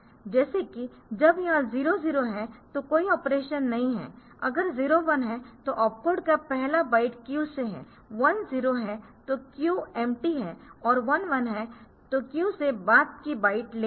जैसे कि जब यह 00 है तो कोई ऑपरेशन नहीं है अगर 01 है तो ऑपकोड का पहला बाइट क्यू से है 10 है तो क्यू एम्प्टी है और 11 है तो क्यू से बाद की बाइट लेनी है